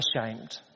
ashamed